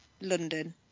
London